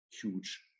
huge